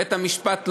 בית-המשפט,